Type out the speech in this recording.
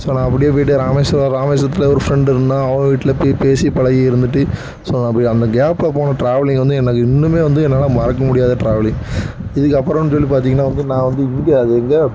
so நான் அப்படே போய்ட்டு ராமேஸ்வரம் ராமேஸ்வரத்தில் ஒரு ஃப்ரெண்டுருந்தான் அவன் வீட்டில போய் பேசி பழகி இருந்துட்டு ஸோ நான் அப்படி அந்த கேப்ல போன ட்ராவலிங் வந்து எனக்கு இன்னுமே வந்து என்னால் மறக்க முடியாத ட்ராவலிங் இதுக்கப்புறன்னு சொல்லி பார்த்திங்கன்னா வந்து நான் வந்து இங்கே அது எங்கே